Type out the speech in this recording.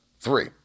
three